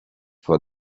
for